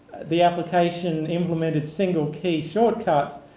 the application implemented single key shortcuts,